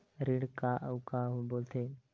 ऋण का अउ का बोल थे?